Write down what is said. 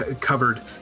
covered